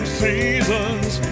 seasons